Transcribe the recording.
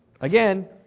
again